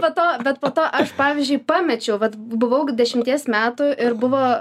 po to bet po to aš pavyzdžiui pamečiau vat buvau dešimties metų ir buvo